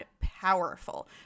powerful